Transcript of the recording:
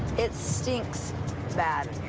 it stinks bad